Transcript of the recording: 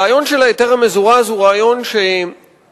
הרעיון של ההיתר המזורז הוא רעיון שיהיה